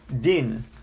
din